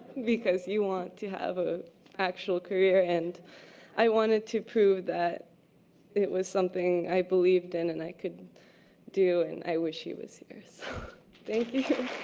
because you want to have an ah actual career and i wanted to prove that it was something i believed in and i could do and i wish he was here, so thank you.